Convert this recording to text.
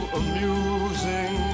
amusing